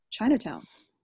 Chinatowns